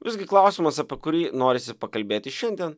visgi klausimas apie kurį norisi pakalbėti šiandien